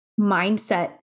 mindset